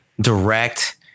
direct